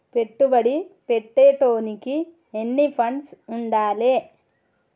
పెట్టుబడి పెట్టేటోనికి ఎన్ని ఫండ్స్ ఉండాలే?